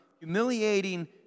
humiliating